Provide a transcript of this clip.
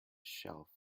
shelf